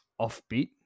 offbeat